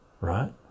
right